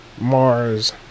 Mars